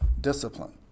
discipline